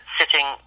sitting